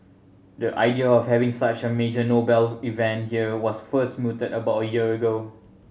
the idea of having such a major Nobel event here was first mooted about a year ago